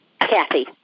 Kathy